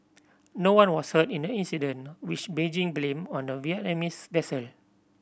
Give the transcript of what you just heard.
no one was hurt in the incident which Beijing blamed on the Vietnamese vessel